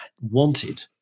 wanted